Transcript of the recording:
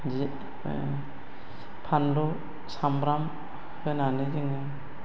फानलु सामब्राम होनानै जोंङो